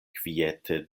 kviete